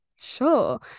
sure